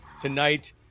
tonight